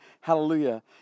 Hallelujah